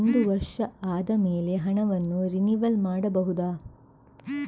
ಒಂದು ವರ್ಷ ಆದಮೇಲೆ ಹಣವನ್ನು ರಿನಿವಲ್ ಮಾಡಬಹುದ?